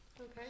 okay